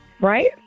right